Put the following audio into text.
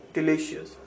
Delicious